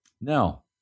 Now